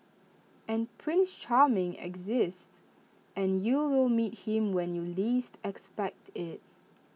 and prince charming exists and you will meet him when you least expect IT